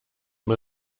man